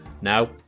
now